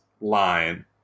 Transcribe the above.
line